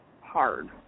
hard